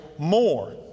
more